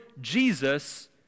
Jesus